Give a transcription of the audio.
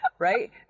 Right